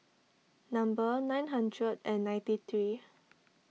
number nine hundred and ninety three